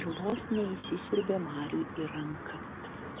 ir vos neįsisiurbė marui į ranką